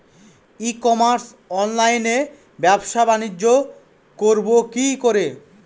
ই commerce অনলাইনে ব্যবসা বানিজ্য করব কি করে?